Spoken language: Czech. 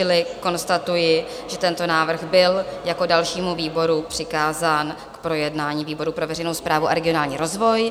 Čili konstatuji, že tento návrh byl jako dalšímu výboru přikázán k projednání výboru pro veřejnou správu a regionální rozvoj.